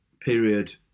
period